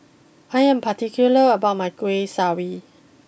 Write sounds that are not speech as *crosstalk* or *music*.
I am particular about my Kueh *unintelligible*